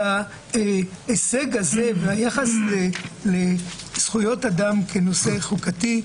ההישג הזה והיחס לזכויות אדם כנושא חוקתי,